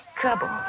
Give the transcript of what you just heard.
trouble